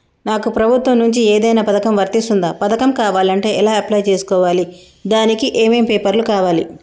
నాకు ప్రభుత్వం నుంచి ఏదైనా పథకం వర్తిస్తుందా? పథకం కావాలంటే ఎలా అప్లై చేసుకోవాలి? దానికి ఏమేం పేపర్లు కావాలి?